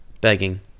begging